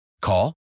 Call